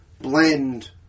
blend